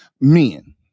men